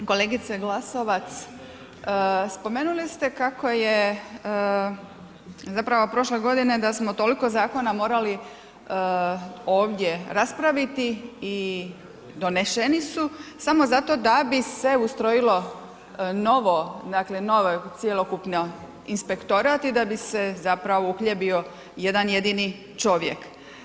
Kolegice Glasovac, spomenuli ste kako je zapravo prošče godine da smo toliko zakona morali ovdje raspraviti i doneseni su samo zato da bi se ustrojilo novo, dakle novi cjelokupni inspektorat i da bi se zapravo uhljebio jedan, jedini čovjek.